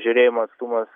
žiūrėjimo atstumas